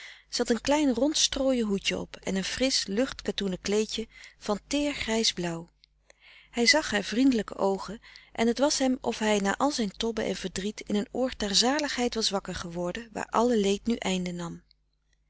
had een klein rond strooien hoedje op en een frisch lucht katoenen kleedje van teer grijs blauw hij zag haar vriendelijke oogen en het was hem of hij na al zijn tobben en verdriet in een oord der zaligheid was wakker geworden waar alle leed nu einde nam